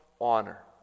honor